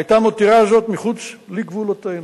היתה מותירה זאת מחוץ לגבולותינו.